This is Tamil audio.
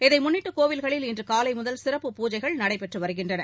இதை முன்னிட்டு கோயில்களில் இன்று காலை முதல் சிறப்பு பூஜைகள் நடைபெற்று வருகின்றன